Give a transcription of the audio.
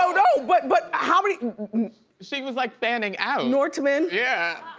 no, no. but but how many she was like fanning out. nortman. yeah.